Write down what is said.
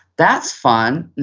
that's fun. and